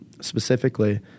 specifically